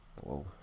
Whoa